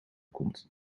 komt